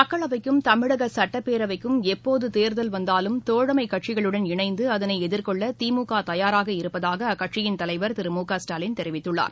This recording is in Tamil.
மக்களவைக்கும் தமிழகசட்டப்பேரவைக்கும் எப்போதுதேர்தல் வந்தாலும் தோழமைக் கட்சிகளுடன் இணைந்துஅதனைஎதிர்கொள்ளதிமுகதயாராக இருப்பதாகஅக்கட்சியின் தலைவர் திரு மு க ஸ்டாலின் தெரிவித்குள்ளார்